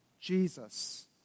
Jesus